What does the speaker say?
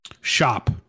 Shop